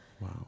Wow